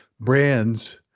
brands